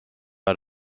out